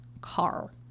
car